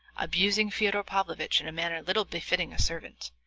abusing fyodor pavlovitch in a manner little befitting a servant,